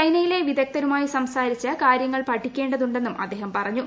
ചൈനയിലെ വിദഗ്ധരുമായി സംസാരിച്ച് കാര്യങ്ങൾ പഠിക്കേണ്ടതുണ്ടെന്നും അദ്ദേഹം പറഞ്ഞു